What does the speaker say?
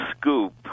scoop